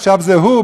עכשיו זה הוא,